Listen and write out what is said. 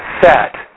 set